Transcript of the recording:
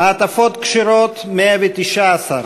מעטפות כשרות, 119,